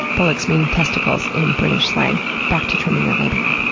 bullocks mean testicles in british slang. back to trimming your labia.